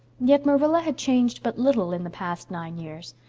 yet marilla had changed but little in the past nine years,